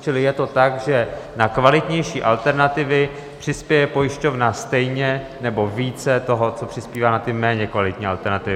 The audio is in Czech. Čili je to tak, že na kvalitnější alternativy přispěje pojišťovna stejně nebo více toho, co přispívá na ty méně kvalitní alternativy?